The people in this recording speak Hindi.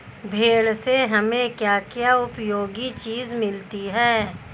भेड़ से हमें क्या क्या उपयोगी चीजें मिलती हैं?